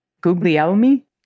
Guglielmi